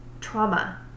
trauma